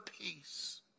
peace